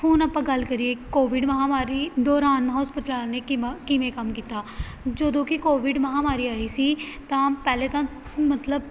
ਹੁਣ ਆਪਾਂ ਗੱਲ ਕਰੀਏ ਕੋਵਿਡ ਮਹਾਂਮਾਰੀ ਦੌਰਾਨ ਹੋਸਪੀਟਲਾਂ ਵਾਲਿਆਂ ਨੇ ਕਿਮਾ ਕਿਵੇਂ ਕੰਮ ਕੀਤਾ ਜਦੋਂ ਕਿ ਕੋਵਿਡ ਮਹਾਂਮਾਰੀ ਆਈ ਸੀ ਤਾਂ ਪਹਿਲਾਂ ਤਾਂ ਮਤਲਬ